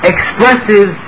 expresses